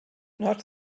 not